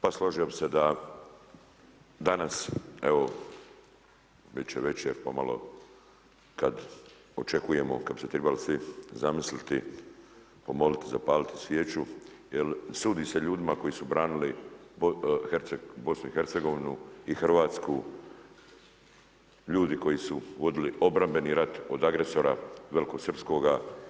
Pa složio bih se da danas evo već je večer pa malo kad očekujemo, kada bi se trebali svi zamisliti, pomoliti, zapaliti svijeću jer sudi se ljudima koji su branili BiH-a i Hrvatsku, ljudi koji su vodili obrambeni rat od agresora velikosrpskoga.